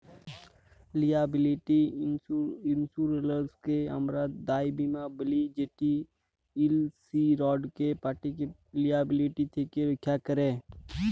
liability ইলসুরেলসকে আমরা দায় বীমা ব্যলি যেট ইলসিওরড পাটিকে লিয়াবিলিটি থ্যাকে রখ্যা ক্যরে